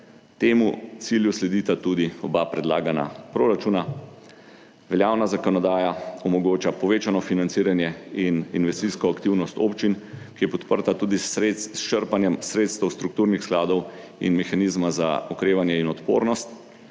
Temu cilju sledita tudi oba predlagana proračuna. Veljavna zakonodaja omogoča povečano financiranje in investicijsko aktivnost občin, ki je podprta tudi z črpanjem sredstev strukturnih skladov in mehanizma za okrevanje in odpornost.